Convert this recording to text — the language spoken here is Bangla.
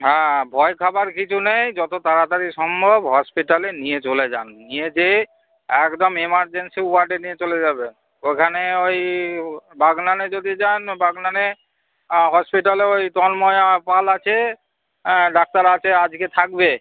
হ্যাঁ ভয় খাওয়ার কিছু নেই যত তাড়াতাড়ি সম্ভব হসপিটালে নিয়ে চলে যান নিয়ে যেয়ে একদম এমারজেন্সি ওয়ার্ডে নিয়ে চলে যাবেন ওখানে ওই বাগনানে যদি যান বাগনানে হসপিটালে ওই তন্ময় পাল আছে ডাক্তার আছে আজকে থাকবে